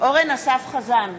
אורן אסף חזן,